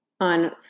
on